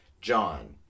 John